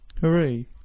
Hooray